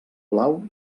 blau